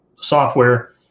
software